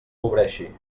cobreixi